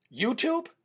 YouTube